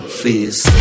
face